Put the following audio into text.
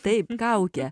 taip kaukę